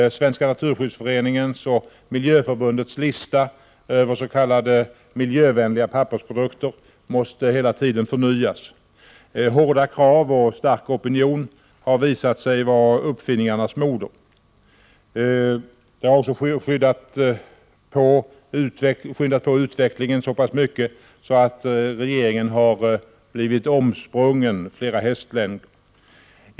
Svenska naturskyddsföreningens och Miljöförbundets | I || I lista över s.k. miljövänliga pappersprodukter måste hela tiden förnyas. Prot. 1988/89:95 Hårda krav och stark opinion har visat sig vara uppfinningarnas moder. Det har också skyndat på utvecklingen så mycket att regeringen har blivit omsprungen med flera hästlängder.